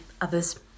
others